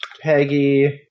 Peggy